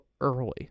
early